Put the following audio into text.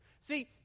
See